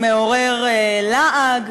מעורר לעג,